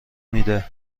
میده